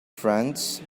friends